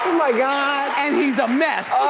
my god, and he's a mess.